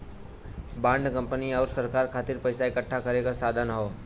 bond company आउर सरकार खातिर पइसा इकठ्ठा करे क साधन हौ